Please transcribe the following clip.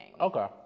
Okay